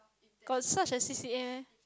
got such a C_C_A meh